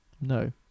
No